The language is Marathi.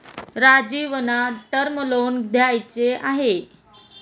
राजीवना टर्म लोन घ्यायचे आहे